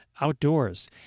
outdoors